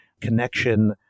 connection